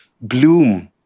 Bloom